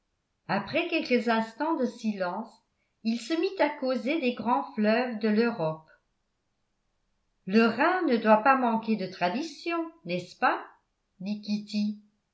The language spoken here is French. après quelques instants de silence il se mit à causer des grands fleuves de l'europe le rhin ne doit pas manquer de traditions n'est-ce pas dit kitty